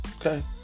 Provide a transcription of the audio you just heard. Okay